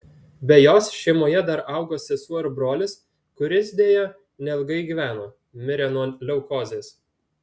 be jos šeimoje dar augo sesuo ir brolis kuris deja neilgai gyveno mirė nuo leukozės